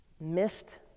missed